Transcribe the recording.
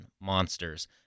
monsters